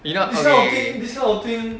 enough okay okay okay